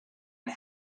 and